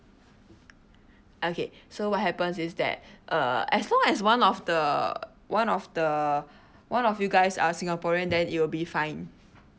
okay so what happens is that uh as long as one of the one of the one of you guys are singaporean then it'll be fine